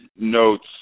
notes